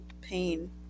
pain